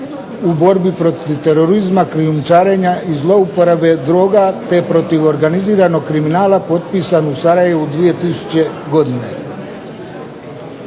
u borbi protiv terorizma, krijumčarenja i zlouporabe droga te protiv organiziranog kriminala potpisan u Sarajevu 2000. godine.